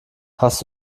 hast